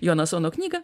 jonasono knygą